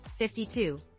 52